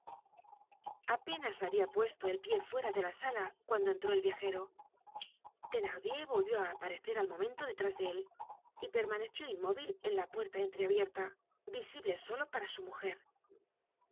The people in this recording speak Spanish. apenas habia puesto el pie fuera de la sala cuando entró el viajero thenardier volvió á aparecer al momento detrás de él y permaneció inmóvil en la puerta entreabierta visible solo para su mujer